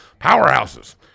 powerhouses